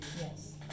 Yes